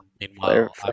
Meanwhile